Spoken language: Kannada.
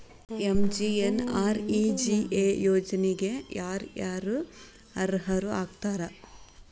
ಎಂ.ಜಿ.ಎನ್.ಆರ್.ಇ.ಜಿ.ಎ ಯೋಜನೆಗೆ ಯಾರ ಯಾರು ಅರ್ಹರು ಆಗ್ತಾರ?